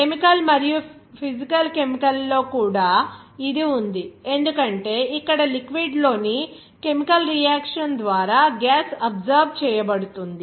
chemical మరియు physical chemical లో కూడా ఇది ఉంది ఎందుకంటే ఇక్కడ లిక్విడ్ లో ని కెమికల్ రియాక్షన్ ద్వారా గ్యాస్ అబ్జార్బ్ చేయబడుతుంది